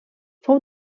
fou